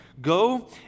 Go